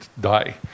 die